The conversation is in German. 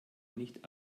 nicht